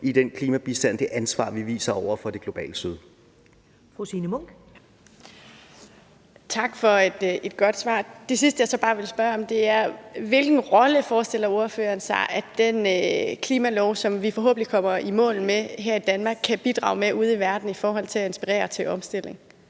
(Karen Ellemann): Fru Signe Munk. Kl. 12:47 Signe Munk (SF): Tak for et godt svar. Det sidste, jeg så bare vil spørge om, er: Hvilken rolle forestiller ordføreren sig at den klimalov, som vi forhåbentlig kommer i mål med her i Danmark, kan få ude i verden i forhold til at inspirere til omstilling?